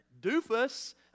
doofus